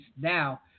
now